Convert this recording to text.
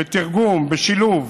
ובתרגום ובשילוב